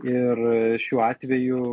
ir šiuo atveju